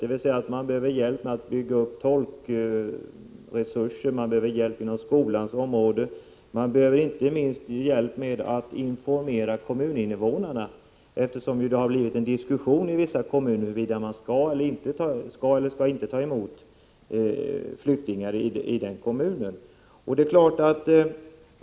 De behöver hjälp med att bygga upp tolkresurser, de behöver hjälp på skolans område, och de behöver inte minst hjälp med att informera kommuninvånarna, eftersom det ju har blivit en diskussion i vissa kommuner om huruvida man skall ta emot flyktingar eller inte i den egna kommunen.